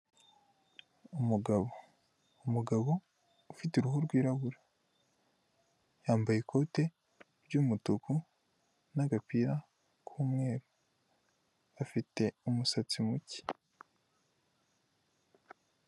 Umugabo, umugabo ufite uruhu rwirabura yambaye ikote ry'umutuku, n'agapira k'umweru, afite umusatsi muke.